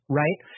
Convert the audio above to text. right